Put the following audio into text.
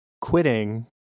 quitting